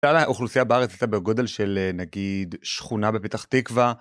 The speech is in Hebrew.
כלל האוכלוסייה בארץ הייתה בגודל של נגיד שכונה בפתח תקווה.